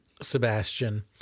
Sebastian